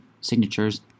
signatures